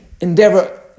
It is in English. endeavor